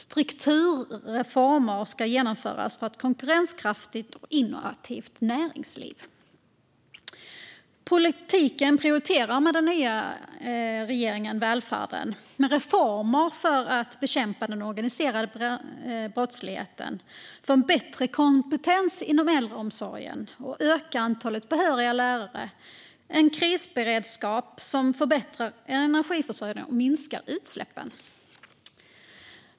Strukturreformer ska genomföras för att få ett konkurrenskraftigt och innovativt näringsliv. Med den nya regeringen prioriterar politiken välfärden med reformer för att bekämpa den organiserade brottsligheten, få bättre kompetens inom äldreomsorgen, öka antalet behöriga lärare och få en krisberedskap som förbättrar energiförsörjningen och minskar utsläppen.